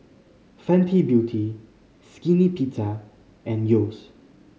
Fenty Beauty Skinny Pizza and Yeo's